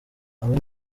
aba